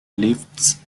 lifts